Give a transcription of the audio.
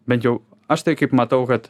bent jau aš tai kaip matau kad